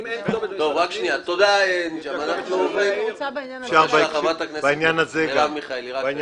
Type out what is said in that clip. בבקשה, חברת הכנסת מרב מיכאלי.